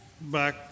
back